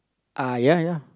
ah ya ya